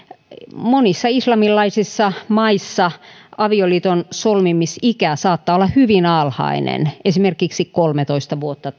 monissa islamilaisissa maissa avioliiton solmimisikä saattaa olla hyvin alhainen esimerkiksi kolmetoista vuotta